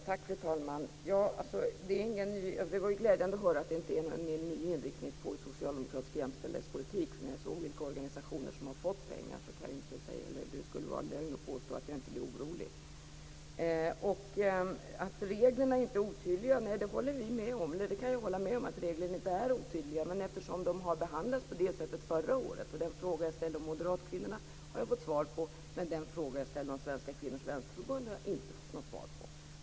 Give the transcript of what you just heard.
Fru talman! Det var glädjande att höra att det inte var någon ny inriktning på socialdemokratisk jämställdhetspolitik. När jag såg vilka olika organisationer som hade fått pengar skulle det vara en lögn att påstå att jag inte blev orolig. Att reglerna inte är otydliga kan jag hålla med om. Den fråga jag ställde om moderatkvinnorna har jag fått svar på, men den fråga jag ställde om Svenska kvinnors vänsterförbund har jag inte fått något svar på.